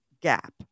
gap